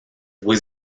was